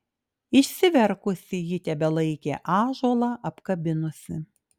išsiverkusi ji tebelaikė ąžuolą apkabinusi